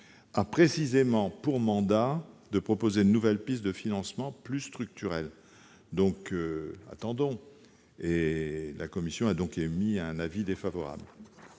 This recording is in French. a précisément pour mandat de proposer de nouvelles pistes de financement plus structurelles. Attendons ! La commission a donc émis un avis défavorable